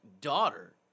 daughter